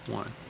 one